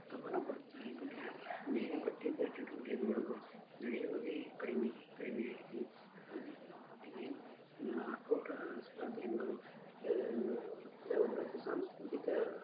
ಗಮನ ಕೊಡ್ತಾರೆ ಬಿಟ್ಟರೆ ಬೇರೆ ಪಠ್ಯೇತರ ಚಟುವಟಿಕೆಗಳು ನಡೆಯುವುದೇ ಕಡಿಮೆ ಕಡಿಮೆಯಾಗಿದೆ ಆದ್ದರಿಂದ ಮಕ್ಕಳಿಗೆ ಆಟೋಟ ಸ್ಪರ್ಧೆಯನ್ನು ಮತ್ತು ಅವರದ್ದು ಸಾಂಸ್ಕೃತಿಕ